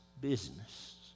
business